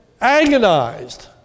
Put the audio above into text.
agonized